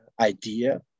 idea